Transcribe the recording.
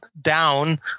down